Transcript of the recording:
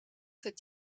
het